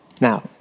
Now